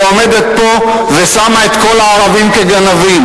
ועומדת פה ושמה את כל הערבים כגנבים.